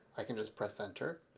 i can just press enter.